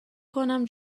کنم